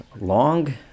long